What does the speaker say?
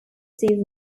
season